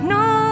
no